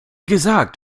gesagt